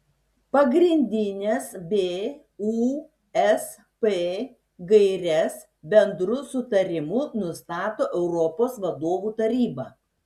pagrindines busp gaires bendru sutarimu nustato europos vadovų taryba